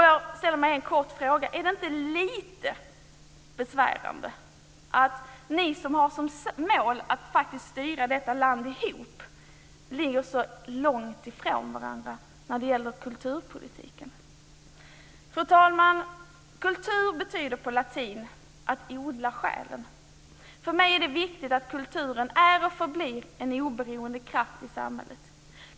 Jag ställer mig en kort fråga: Är det inte lite besvärande att ni som har som mål att faktiskt styra detta land ihop ligger så långt ifrån varandra när det gäller kulturpolitiken? Fru talman! Kultur betyder på latin "att odla själen". För mig är det viktigt att kulturen är och förblir en oberoende kraft i samhället.